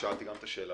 שאלתי גם את השאלה